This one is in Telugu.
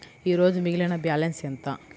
ఈరోజు మిగిలిన బ్యాలెన్స్ ఎంత?